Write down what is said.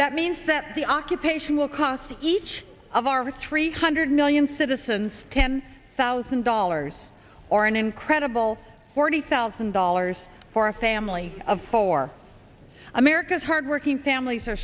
that means that the occupation will cost each of our three hundred million citizens ten thousand dollars or an incredible forty thousand dollars for a family of four america's hard working families are